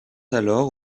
alors